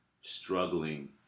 struggling